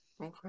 okay